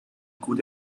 gut